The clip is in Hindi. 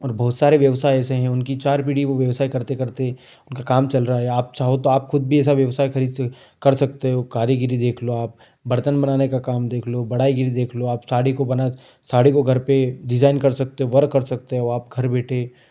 और बहुत सारे व्यवसाय ऐसे हैं उनकी चार पीढी वो व्यवसाय करते करते उनका काम चल रहा है आप चाहो तो आप खुद भी ऐसा व्यवसाय कर सकते हो कारीगीरी देख लो आप बर्तन बनाने का काम देख लो बढ़ाईगीरी देख लो आप साड़ी को बना साड़ी को घर पर डिजाईन कर सकते हो वर्क कर सकते हो आप घर बैठे